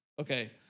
Okay